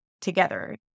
together